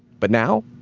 but now?